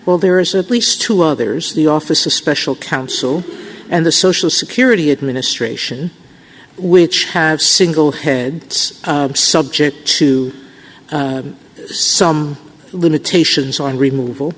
well there is at least two others the office of special counsel and the social security administration which have single head it's subject to some limitations on removal